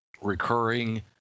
recurring